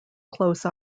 close